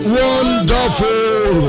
wonderful